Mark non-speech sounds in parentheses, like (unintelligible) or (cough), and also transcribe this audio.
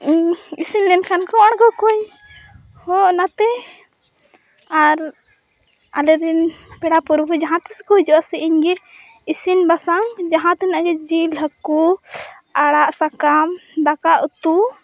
ᱤᱥᱤᱱᱞᱮᱱ ᱠᱷᱟᱱᱠᱚ ᱟᱲᱜᱳ ᱠᱚᱣᱟᱹᱧ (unintelligible) ᱱᱚᱛᱮ ᱟᱨ ᱟᱞᱮᱨᱮᱱ ᱯᱮᱲᱟᱼᱯᱩᱨᱵᱷᱩ ᱡᱟᱦᱟᱸᱛᱤᱥᱠᱚ ᱦᱤᱡᱩᱜᱼᱟ ᱥᱮ ᱤᱧᱜᱮ ᱤᱥᱤᱱᱼᱵᱟᱥᱟᱝ ᱡᱟᱦᱟᱸᱛᱤᱱᱟᱹᱜ ᱜᱮ ᱡᱤᱞᱼᱦᱟᱹᱠᱩ ᱟᱲᱟᱜ ᱥᱟᱠᱟᱢ ᱫᱟᱠᱟᱼᱩᱛᱩ